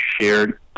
shared